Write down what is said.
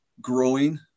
growing